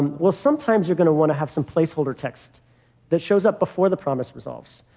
well, sometimes you're going to want to have some placeholder text that shows up before the promise resolves.